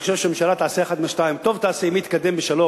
ואני חושב שהממשלה תעשה אחת משתיים: טוב תעשה אם היא תקדם את השלום.